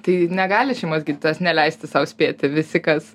tai negali šeimos gydytojas neleisti sau spėti visi kas